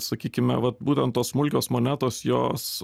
sakykime vat būtent tos smulkios monetos jos